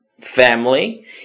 family